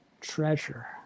treasure